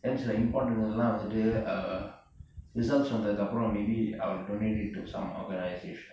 then சில:sila important இதெல்லா வந்துட்டு:ithellaa vanthuttu results வந்ததுக்கப்பரம்:vanthathukaprom maybe I will donate it to some organisation